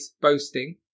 boasting